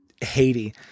Haiti